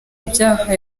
ibyaha